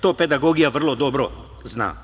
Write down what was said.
To pedagogija vrlo dobro zna.